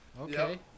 Okay